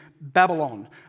Babylon